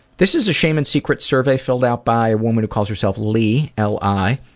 this is a shame and secrets survey filled out by a woman who calls herself li, l i.